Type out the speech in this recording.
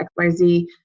XYZ